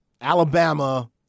Alabama